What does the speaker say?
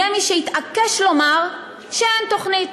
יהיה מי שיתעקש לומר שאין תוכנית.